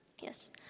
Yes